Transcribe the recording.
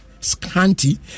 scanty